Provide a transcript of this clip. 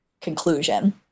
conclusion